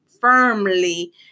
firmly